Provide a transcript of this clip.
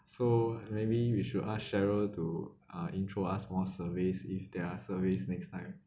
so maybe we should ask cheryl to uh intro us more surveys if there are surveys next time